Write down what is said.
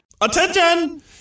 attention